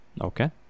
Okay